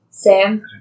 Sam